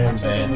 man